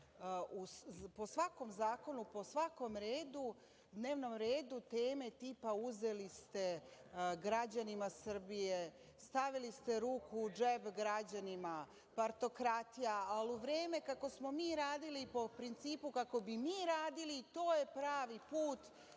po svakom zakonu, po svakom dnevnom redu, teme tipa – uzeli ste građanima Srbije, stavili ste ruku u džep građanima, partokratija, a u vreme kako smo mi radili, po principu kako bi mi radili, to je pravi put